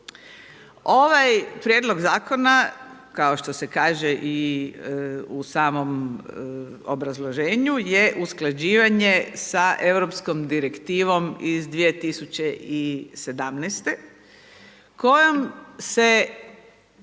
Ovaj Prijedlog zakona kao što se kaže i u samom obrazloženju je usklađivanje sa europskom direktivom iz 2017. kojom se